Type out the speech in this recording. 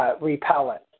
repellent